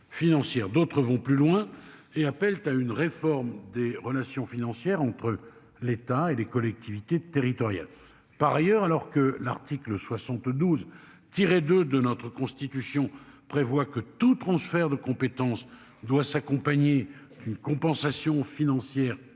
d'autres vont plus loin et appellent à une réforme des relations financières entre l'État et les collectivités territoriales. Par ailleurs, alors que l'article 72. De de notre constitution prévoit que tout transfert de compétences doit s'accompagner d'une compensation financière